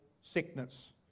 sickness